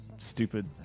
Stupid